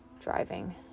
driving